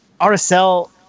RSL